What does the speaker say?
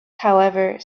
however